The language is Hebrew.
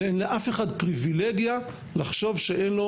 אין לאף אחד פריבילגיה לחשוב שאין לו